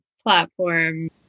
platform